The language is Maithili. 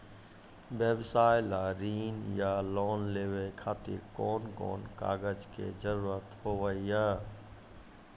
व्यवसाय ला ऋण या लोन लेवे खातिर कौन कौन कागज के जरूरत हाव हाय?